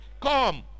come